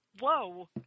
Whoa